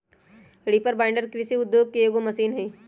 reaper binder कृषि उद्योग के एगो मशीन हई